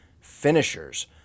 finishers